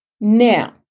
Now